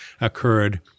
occurred